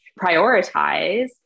Prioritize